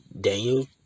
Daniel